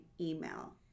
email